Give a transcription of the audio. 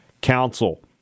Council